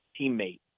teammate